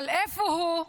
אבל איפה הוא?